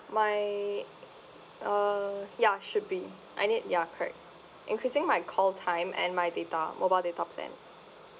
my uh ya should be I need ya correct increasing my call time and my data mobile data plan